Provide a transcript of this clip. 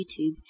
YouTube